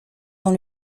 dans